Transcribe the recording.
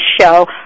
show